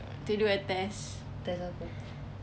to do a test